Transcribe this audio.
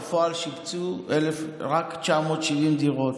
בפועל שיפצו רק 970 דירות.